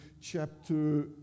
chapter